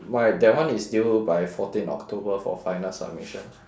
my that one is due by fourteen october for final submission